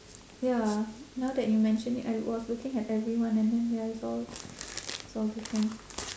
ya now that you mention it I was looking at everyone and then ya it's all it's all different